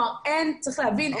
כלומר צריך להבין,